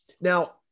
now